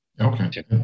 okay